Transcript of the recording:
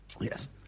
Yes